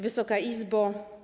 Wysoka Izbo!